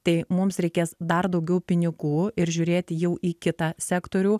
tai mums reikės dar daugiau pinigų ir žiūrėti jau į kitą sektorių